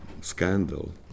scandal